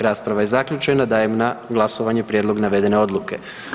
Rasprava je zaključena, dajem na glasovanje prijedlog navedene Odluke.